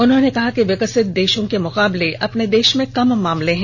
उन्होंने कहा कि विकसित देषों के मुकाबले में अपने देष में कम मामले हैं